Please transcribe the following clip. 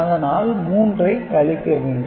அதனால் 3 ஐக் கழிக்க வேண்டும்